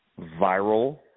viral